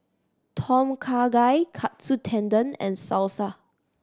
Tom Kha Gai Katsu Tendon and Salsa